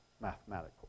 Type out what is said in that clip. mathematical